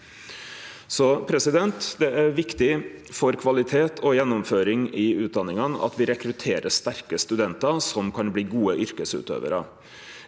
nivåkrav. Det er viktig for kvalitet og gjennomføring i utdanningane at me rekrutterer sterke studentar som kan bli gode yrkesutøvarar.